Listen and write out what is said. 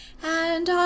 and